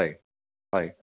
হয় হয়